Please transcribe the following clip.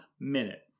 minute